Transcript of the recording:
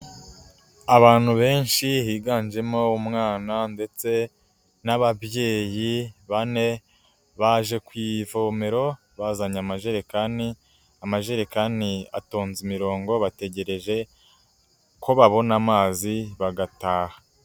Abantu benshi higanjemo umwana ndetse n'ababyeyi bane, baje ku ivomero bazanye amajerekani, amajerekani atonze imirongo bategereje ko babona amazi bagataha.